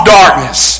darkness